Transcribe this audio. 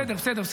בסדר, בסדר.